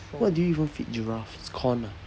what do you even feed giraffes corn ah